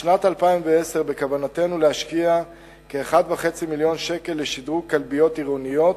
בשנת 2010 בכוונתנו להשקיע כ-1.5 מיליון שקל לשדרוג כלביות עירוניות,